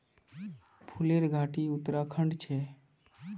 फूलेर घाटी उत्तराखंडत छे